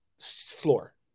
floor